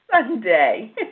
sunday